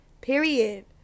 period